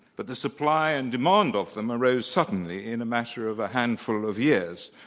but the supply and demand of them arose suddenly in a matter of a handful of years.